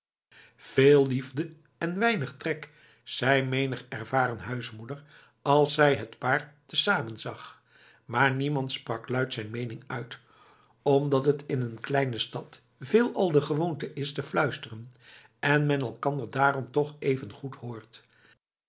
veel liefde en weinig trek zei menig ervaren huismoeder als zij het paar te zamen zag maar niemand sprak luid zijn meening uit omdat het in een kleine stad veelal de gewoonte is te fluisteren en men elkander daarom toch evengoed hoort